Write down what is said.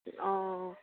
অঁ